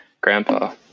grandpa